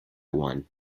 one